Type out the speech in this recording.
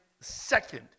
second